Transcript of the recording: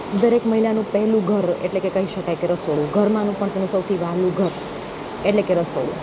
દરેક મહિલાનું પહેલું ઘર એટલે કે કહી શકાય કે રસોડું ઘરમાં પણ સૌથી વહાલું ઘર એટલે કે રસોડું